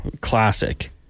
classic